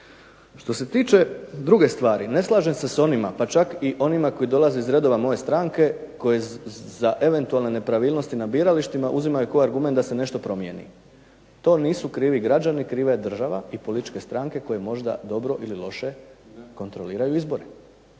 Što se tiče druge stvari, ne slažem se s onima pa čak i onima koji dolaze iz redova moje stranke koji za eventualne nepravilnosti na biralištima uzimaju kao argument da se nešto promijeni. To nisu krivi građani, kriva je država i političke stranke koje možda dobro ili loše kontroliraju izbore.